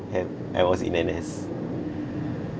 have I was in N_S